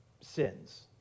sins